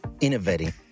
innovating